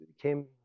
came